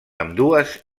ambdues